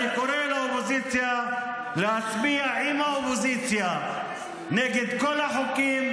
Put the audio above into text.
אני קורא לקואליציה להצביע עם האופוזיציה נגד כל החוקים